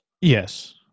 Yes